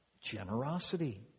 generosity